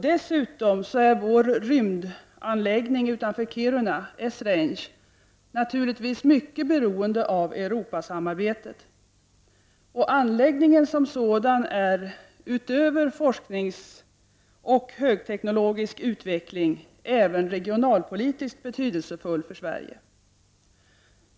Dessutom är vår rymdanläggning utanför Kiruna, Esrange, naturligtvis mycket beroende av Europasamarbetet. Och anläggningen som sådan är, utöver för forskningsoch högteknologisk utveckling, även i regionalpolitiskt hänseende betydelsefull för Sverige.